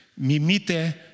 mimite